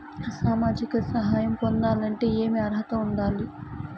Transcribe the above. సామాజిక సహాయం పొందాలంటే ఏమి అర్హత ఉండాలి?